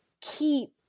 keep